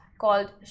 called